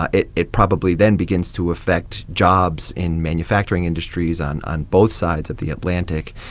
ah it it probably then begins to affect jobs in manufacturing industries on on both sides of the atlantic.